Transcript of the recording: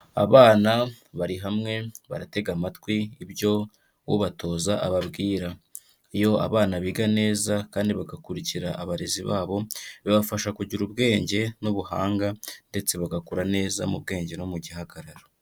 Abana bari hamwe baratega amatwi ibyo ubatoza ababwira, iyo abana biga neza kandi bagakurikira abarezi babo, bibafasha kugira ubwenge n'ubuhanga ndetse bagakura neza mu bwenge no mu gihagararo.